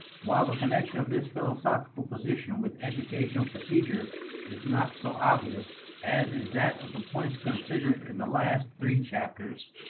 while the connection of this philosophical position with educational procedure is not so obvious as is that of the points considered in the last three chapters,